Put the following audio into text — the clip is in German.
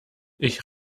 ich